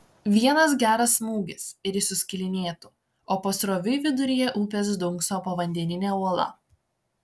vienas geras smūgis ir jis suskilinėtų o pasroviui viduryje upės dunkso povandeninė uola